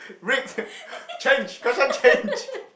read change question change